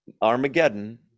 Armageddon